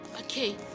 Okay